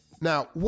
Now